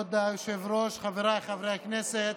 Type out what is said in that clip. כבוד היושב-ראש, חבריי חברי הכנסת,